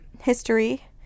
history